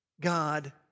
God